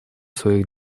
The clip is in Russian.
своих